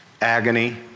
agony